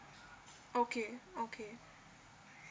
okay okay